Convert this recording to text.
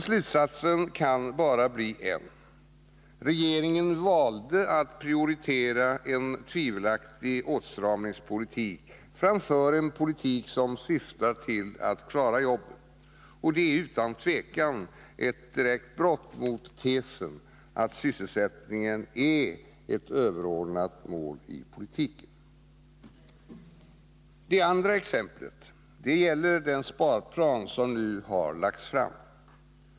Slutsatsen kan bara bli en — regeringen valde att prioritera en tvivelaktig åtstramningspolitik framför en politik som syftar till att klara jobben, och det är utan tvivel ett direkt brott mot tesen att sysselsättningen är ett överordnat mål i politiken. Det andra exemplet gäller den sparplan som nu har lagts fram.